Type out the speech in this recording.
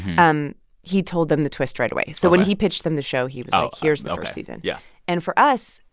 and he told them the twist right away. so when he pitched them the show, he was like, here's the first season. yeah and for us,